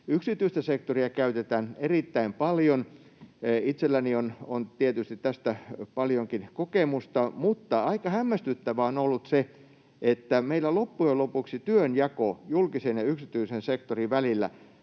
Yksityistä sektoria käytetään erittäin paljon, itselläni on tästä tietysti paljonkin kokemusta, mutta aika hämmästyttävää on ollut se, että meillä loppujen lopuksi työnjako julkisen ja yksityisen sektorin välillä